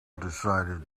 decided